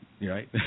right